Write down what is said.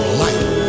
life